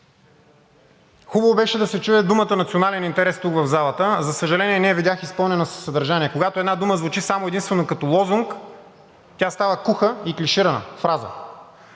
тук в залата да се чуят думите „национален интерес“. За съжаление, не ги видях изпълнени със съдържание. Когато една дума звучи само и единствено като лозунг, тя става куха и клиширана фраза.